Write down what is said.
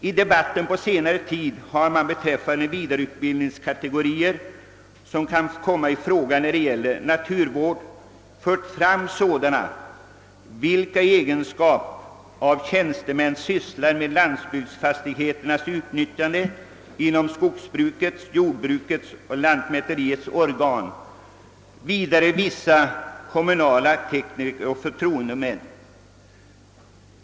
I debatten på senare tid har man beträffande vidareutbildningskategorier, som kan komma i fråga när det gäller naturvård, fört fram sådana, vilka i egenskap av tjänstemän sysslar med landsbygdsfastigheternas utnyttjande inom skogsbrukets, jordbrukets och lantmäteriets organ och vidare vissa kommunala tekniker och förtroendemän.